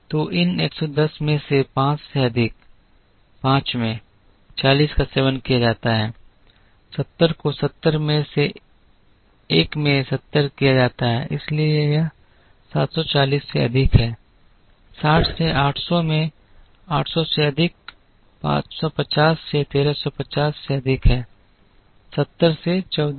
तो इन 110 में से 5 से अधिक 5 में 40 का सेवन किया जाता है 70 को 70 में से एक में 70 किया जाता है इसलिए यह 740 से अधिक है 60 से 800 में 800 से अधिक 550 से 1350 से अधिक है 70 से 1420 है